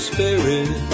Spirit